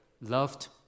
loved